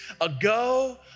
ago